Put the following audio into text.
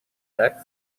vexed